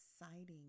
Exciting